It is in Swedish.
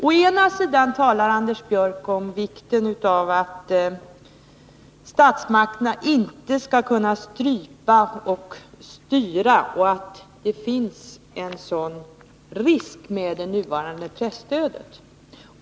Å ena sidan talar Anders Björck om vikten av att statsmakterna inte skall kunna strypa och styra och att det finns en risk härför med det nuvarande presstödet.